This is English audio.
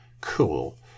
cool